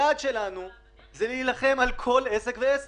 כי כרגע זה נמוך מאוד, ויש